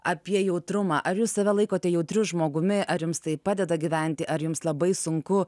apie jautrumą ar jūs save laikote jautriu žmogumi ar jums tai padeda gyventi ar jums labai sunku